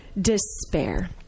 despair